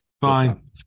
fine